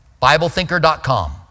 BibleThinker.com